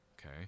okay